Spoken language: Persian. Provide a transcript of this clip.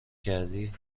کردی